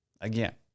again